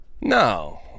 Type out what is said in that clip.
No